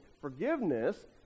Forgiveness